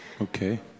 Okay